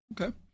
Okay